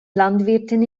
landwirten